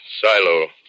silo